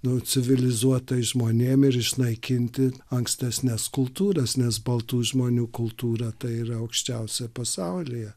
nu civilizuotais žmonėm ir išnaikinti ankstesnes kultūras nes baltų žmonių kultūra tai yra aukščiausia pasaulyje